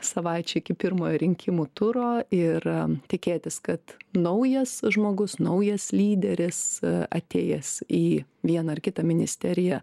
savaičių iki pirmojo rinkimų turo ir tikėtis kad naujas žmogus naujas lyderis atėjęs į vieną ar kitą ministeriją